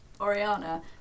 Oriana